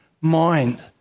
mind